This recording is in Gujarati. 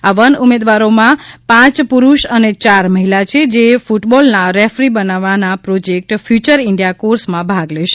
આ વન ઉમેદવારોમાં પાંચ પુરૂષ અને યાર મહિલા છે જે ફ્ટબોલના રેફરી બનવાના પ્રોજેકટ ફયુચર ઇન્ડિયા કોર્સમાં ભાગ લેશે